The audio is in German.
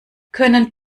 können